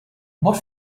what